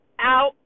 Out